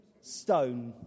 stone